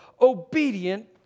obedient